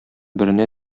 беренә